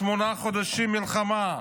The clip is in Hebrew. שמונה חודשים מלחמה,